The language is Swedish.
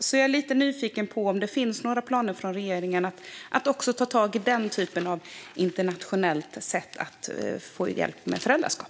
Jag är därför lite nyfiken på om regeringen har några planer på att också ta tag i den här formen av internationell hjälp med föräldraskap.